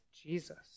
Jesus